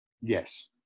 Yes